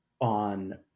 on